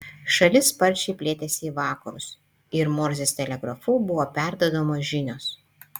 šalis sparčiai plėtėsi į vakarus ir morzės telegrafu buvo perduodamos žinios